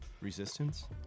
resistance